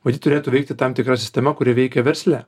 matyt turėtų veikti tam tikra sistema kuri veikia versle